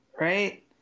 right